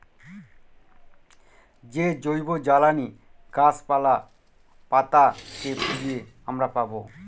যে জৈবজ্বালানী গাছপালা, পাতা কে পুড়িয়ে আমরা পাবো